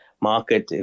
market